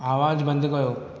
आवाज़ु बंदि कयो